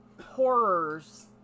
horrors